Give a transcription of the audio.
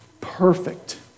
perfect